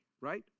right